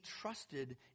trusted